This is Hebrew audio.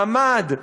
מעמד,